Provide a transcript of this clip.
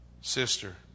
sister